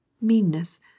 meanness